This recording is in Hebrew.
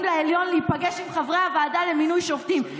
לעליון להיפגש עם חברי הוועדה למינוי שופטים.